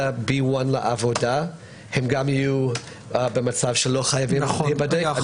לעבודה גם יהיו במצב שלא חייבים להיבדק?